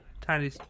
tiny